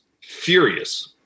furious